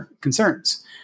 concerns